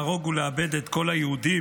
להרוג ולאבד את כל היהודים,